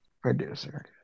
Producer